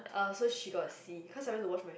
uh so she got see cause I went to wash my face